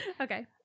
okay